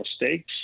mistakes